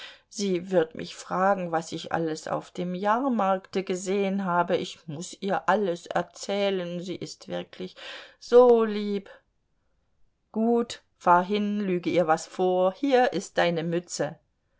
sie wird mich fragen was ich alles auf dem jahrmarkte gesehen habe ich muß ihr alles erzählen sie ist wirklich so lieb gut fahr hin lüge ihr was vor hier ist deine mütze